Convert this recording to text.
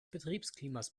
betriebsklimas